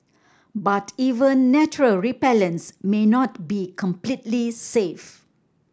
but even natural repellents may not be completely safe